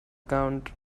account